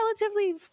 relatively